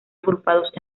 agrupados